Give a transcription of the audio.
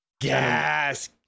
gas